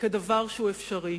כדבר אפשרי.